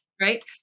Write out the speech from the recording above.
right